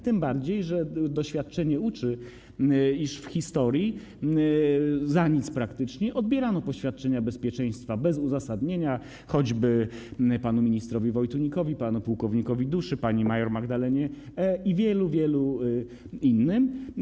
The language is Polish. Tym bardziej że doświadczenie uczy, iż w historii za nic praktycznie odbierano poświadczenia bezpieczeństwa bez uzasadnienia, choćby panu ministrowi Wojtunikowi, panu płk. Duszy, pani mjr Magdalenie E. i wielu, wielu innym.